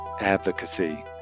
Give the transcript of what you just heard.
advocacy